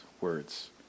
words